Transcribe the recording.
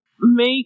make